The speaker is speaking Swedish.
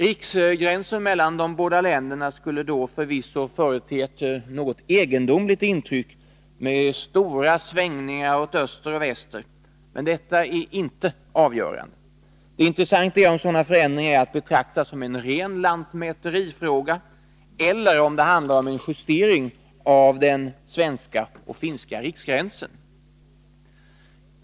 Riksgränsen mellan de båda länderna skulle då förvisso förete ett något egendomligt intryck med stora svängar åt öster och väster, men detta är inte avgörande. Det intressanta är om sådana förändringar är att betrakta som en ren lantmäterifråga eller om det handlar om en justering av den svenska och den finska riksgränsen.